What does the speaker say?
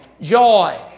Joy